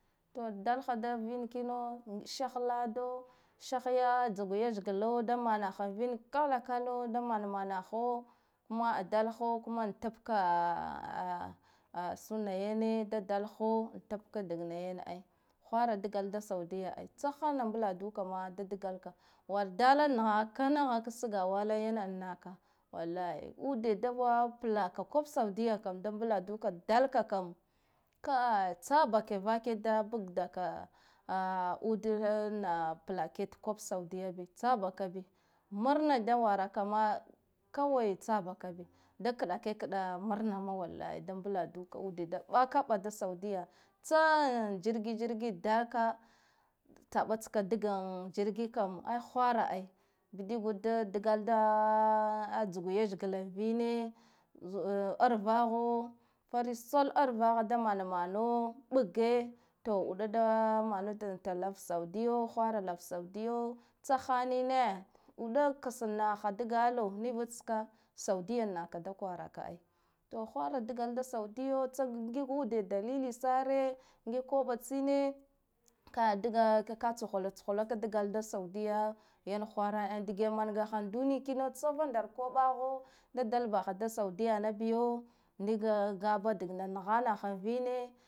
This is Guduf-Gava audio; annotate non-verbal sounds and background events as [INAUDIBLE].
To dalha da vin kino sih lado sihya tsagwo lethglo damana ha vin kalakalo da manamamaho kuma adalaho kuma an tab ka [HESITATION] uhh suna yane da dalaho tabka dagna yane ai, hwara daga la da saudiya ai, tsa hana mbla duka ma da dglaka wal dala naha kana sgawala yana naka walahi ude, da plaka kob saudiya kam da mbula duka dalaka kam kai tsabaka vake dabak daka [HESITATION] udena plaket da koba saudiya bit sabakabiya marna da waraka kawai tsabakabi, da kɗakai kɗa marna nda wallahi da mbladuka ude da ɓakaɓa da saudiya tsa an jirgijirgi daka taɓa tskan dagan jirgi kam ai hwara ai, bidiguda da dgala da tsugwa lethgla vine arvaho farisol arvaho da manamano ɓage to uɗa da manade lau saudiyo hwara lava saudiyo tsa hanine uɗa kse naha da galo nivud tska saudiya naka da kwaraka ai, to hwara dgala da saudiya tsag ngiude dalili sare ngiga koɓa tsine, ka daga ka tshula tshula ka dga la da saudiya yan hwaran ai dage mangaha duniya kino tsa vandar koɓaho da dalabaha saudiyana biyo ngiga gaba dagna nahanaha vine.